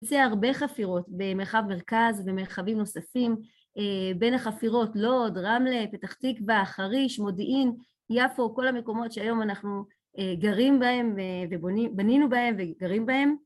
יוצא הרבה חפירות במרחב מרכז ובמרחבים נוספים בין החפירות לוד, רמלה, פתח תיקווה, חריש, מודיעין, יפו, כל המקומות שהיום אנחנו גרים בהם ובנינו בהם וגרים בהם